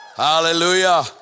Hallelujah